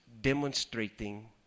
demonstrating